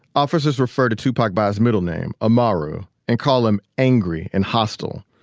officers refer to tupac by his middle name, amaru, and call him angry and hostile.